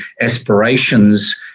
aspirations